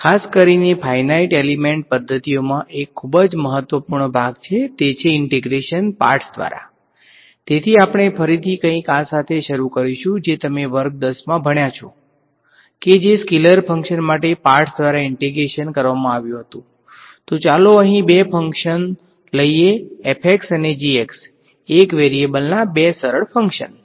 ખાસ કરીને finite element લઈએ અને એક વેરીએબલ ના બે સરળ ફંક્શન્સ